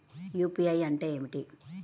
UPI అంటే ఏమిటి?